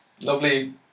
lovely